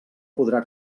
podrà